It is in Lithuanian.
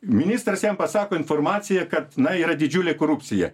ministras jam pasako informaciją kad yra didžiulė korupcija